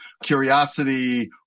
Curiosity